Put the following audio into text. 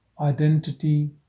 identity